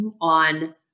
on